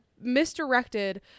misdirected